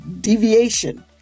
deviation